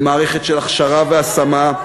במערכת של הכשרה והשמה,